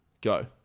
Go